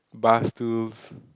bars stools